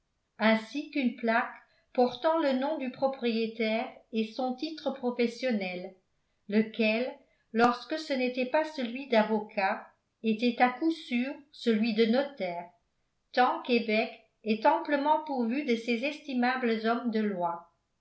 ainsi qu'une plaque portant le nom du propriétaire et son titre professionnel lequel lorsque ce n'était pas celui d'avocat était à coup sûr celui de notaire tant québec est amplement pourvu de ces estimables hommes de loi